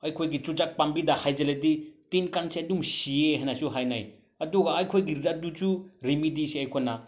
ꯑꯩꯈꯣꯏꯒꯤ ꯆꯨꯖꯥꯛ ꯄꯥꯝꯕꯤꯗ ꯍꯩꯖꯤꯜꯂꯗꯤ ꯇꯤꯟ ꯀꯥꯡꯁꯦ ꯑꯗꯨꯝ ꯁꯤꯌꯦ ꯍꯥꯏꯅꯁꯨ ꯍꯥꯏꯅꯩ ꯑꯗꯨꯒ ꯑꯩꯈꯣꯏꯒꯤ ꯑꯗꯨꯁꯨ ꯔꯤꯃꯤꯗꯤꯁꯦ ꯑꯩꯈꯣꯏꯅ